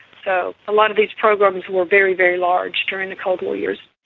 so a lot of these programs were very, very large during the cold war years.